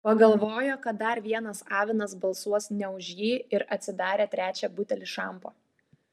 pagalvojo kad dar vienas avinas balsuos ne už jį ir atsidarė trečią butelį šampo